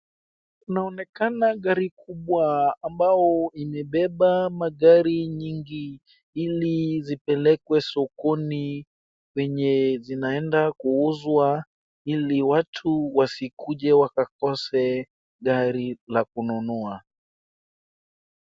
Kunaonekana gari kubwa ambao imebeba magari nyingi ili zipelekwe sokoni kwenye zinaeda kuuzwa ili watu wasikuje wakakose gari la kununua.